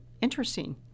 interesting